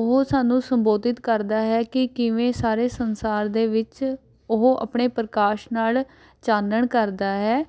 ਉਹ ਸਾਨੂੰ ਸੰਬੋਧਿਤ ਕਰਦਾ ਹੈ ਕਿ ਕਿਵੇਂ ਸਾਰੇ ਸੰਸਾਰ ਦੇ ਵਿੱਚ ਉਹ ਆਪਣੇ ਪ੍ਰਕਾਸ਼ ਨਾਲ ਚਾਨਣ ਕਰਦਾ ਹੈ